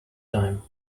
time